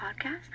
podcast